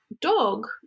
dog